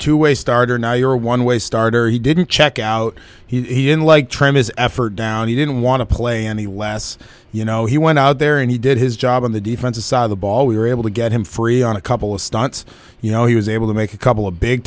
to a starter now you're a one way starter he didn't check out he in like trim his effort down he didn't want to play any less you know he went out there and he did his job on the defensive side of the ball we were able to get him free on a couple of stunts you know he was able to make a couple of big